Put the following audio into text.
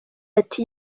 ati